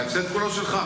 ההפסד כולו שלך,